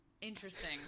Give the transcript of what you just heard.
Interesting